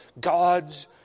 God's